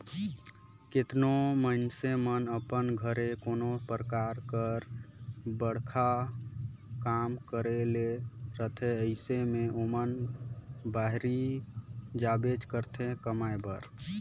केतनो मइनसे मन अपन घरे कोनो परकार कर बड़खा काम करे ले रहथे अइसे में ओमन बाहिरे जाबेच करथे कमाए बर